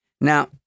Now